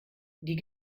die